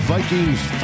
Vikings